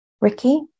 Ricky